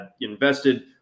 invested